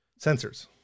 Sensors